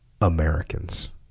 Americans